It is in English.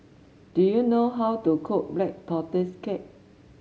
do you know how to cook Black Tortoise Cake